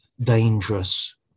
dangerous